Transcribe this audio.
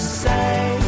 say